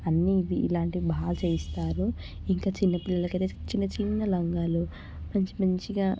అన్ని ఇవి ఇలాంటివి బాగా చేస్తారు ఇంకా చిన్న పిల్లలకైతే చిన్న చిన్న లంగాలు మంచి మంచిగా